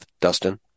Dustin